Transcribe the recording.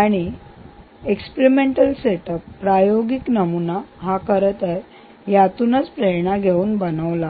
आणि प्रायोगिक नमुना हा खरतर यातूनच प्रेरणा घेऊन बनवला आहे